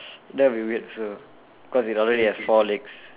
that will be weird also cause it already has four legs